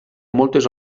moltes